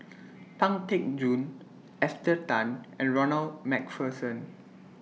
Pang Teck Joon Esther Tan and Ronald MacPherson